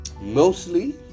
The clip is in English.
mostly